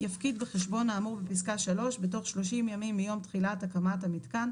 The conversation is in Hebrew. יפקיד בחשבון האמור בפסקה (3) בתוך 30 ימים מיום תחילת הקמת המיתקן,